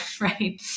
right